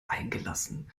eingelassen